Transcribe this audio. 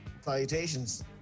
Salutations